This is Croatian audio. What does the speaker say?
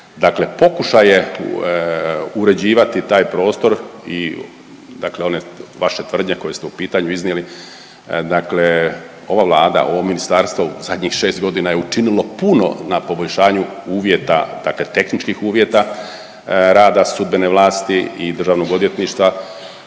pokušaje uređivati taj prostor i dakle one vaše tvrdnje koje ste u pitanju iznijeli, dakle ova Vlada, ovo ministarstvo u zadnjih šest godina je učinilo puno na poboljšanju uvjeta, dakle tehničkih uvjeta rada sudbene vlasti i Državnog odvjetništva.